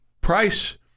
price